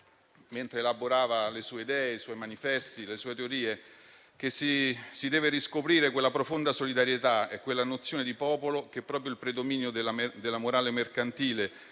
mentre elaborava le sue idee, i suoi manifesti e le sue teorie, che si doveva riscoprire quella profonda solidarietà e quella nozione di popolo che proprio il predominio della morale mercantile